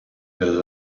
del